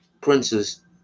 princes